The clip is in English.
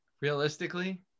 Realistically